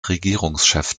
regierungschef